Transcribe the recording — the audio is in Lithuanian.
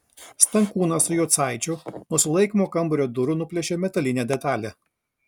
stankūnas su jucaičiu nuo sulaikymo kambario durų nuplėšė metalinę detalę